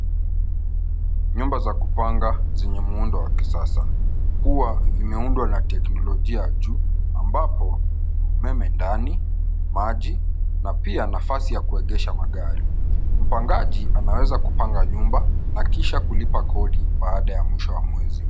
Nyumba za kupanga zenye muundo wa kisasa. Huwa vimeundwa na teknolojia ya juu ambapo kuna umeme ndani, maji na pia nafasi ya kuegesha magari. Mpangaji anaweza kupanga nyumba na kisha kulipa kodi baada ya mwisho wa mwezi.